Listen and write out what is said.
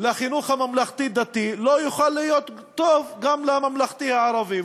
לחינוך הממלכתי-דתי לא יוכל להיות טוב גם לממלכתי הערבי?